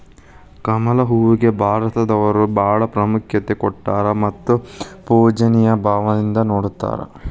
ಕಮಲ ಹೂವಿಗೆ ಭಾರತದವರು ಬಾಳ ಪ್ರಾಮುಖ್ಯತೆ ಕೊಟ್ಟಾರ ಮತ್ತ ಪೂಜ್ಯನಿಯ ಭಾವದಿಂದ ನೊಡತಾರ